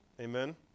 Amen